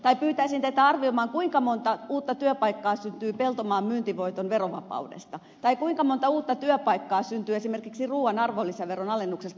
tai pyytäisin teitä arvioimaan kuinka monta uutta työpaikkaa syntyy peltomaan myyntivoiton verovapaudesta tai kuinka monta uutta työpaikkaa syntyy esimerkiksi ruuan arvonlisäveron alennuksesta